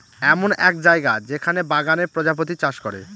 এমন এক জায়গা যেখানে বাগানে প্রজাপতি চাষ করে